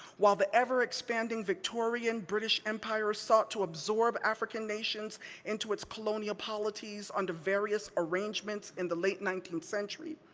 while the ever expanding victorian british empire sought to absorb african nations into its colonial polities, under various arrangements in the late nineteenth century,